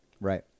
Right